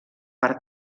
per